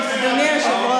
להמשיך.